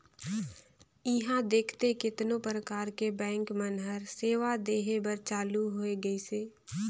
इहां देखथे केतनो परकार के बेंक मन हर सेवा देहे बर चालु होय गइसे